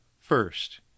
first